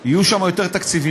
יהיו שם יותר תקציבים,